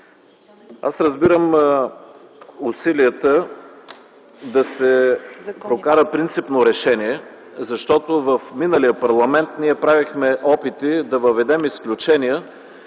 Аз разбирам усилията да се прокара принципно решение, защото в миналия парламент ние правихме опити да въведем изключения